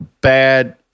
bad